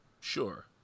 Sure